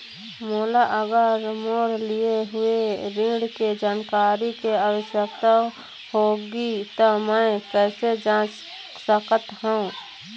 मोला अगर मोर लिए हुए ऋण के जानकारी के आवश्यकता होगी त मैं कैसे जांच सकत हव?